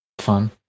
fun